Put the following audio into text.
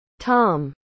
Tom